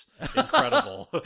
Incredible